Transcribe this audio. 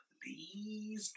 please